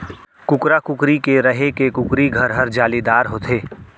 कुकरा, कुकरी के रहें के कुकरी घर हर जालीदार होथे